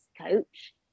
coach